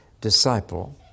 disciple